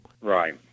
Right